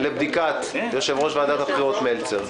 לבדיקת יושב-ראש ועדת הבחירות מלצר.